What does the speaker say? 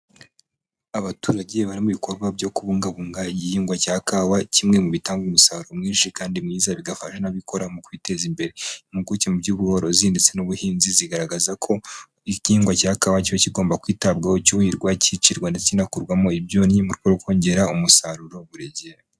Abaturage bari mu bikorwa byo kubungabunga igihingwa cya kawa, kimwe mu bitanga umusaruro mwinshi kandi mwiza bigafasha n'ababikora mu kwiteza imbere, impuguke mu by'ubworozi ndetse n'ubuhinzi zigaragaza ko igihingwa cya kawa kigomba kwitabwaho cyuhirwa, cyicirwa, ndetse kinakurwamo ibyonnyi mu rwego rwo kongera umusaruro burigihe.